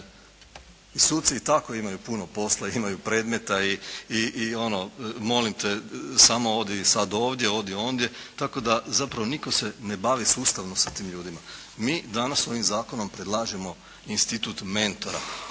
Suci i tako imaju puno posla. Imaju predmeta i ono, molim te samo odi sad ovdje, odi ondje tako da zapravo nitko se ne bavi sustavno sa tim ljudima. Mi danas ovim zakonom predlažemo institut mentora.